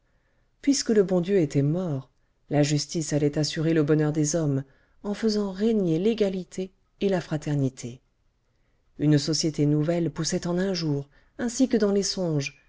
puisque le bon dieu était mort la justice allait assurer le bonheur des hommes en faisant régner l'égalité et la fraternité une société nouvelle poussait en un jour ainsi que dans les songes